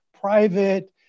private